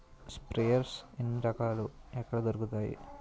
Sprayer ఎన్ని రకాలు? ఎక్కడ దొరుకుతాయి?